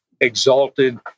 exalted